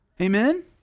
Amen